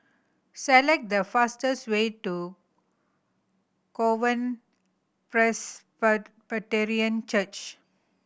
select the fastest way to Presbyterian Church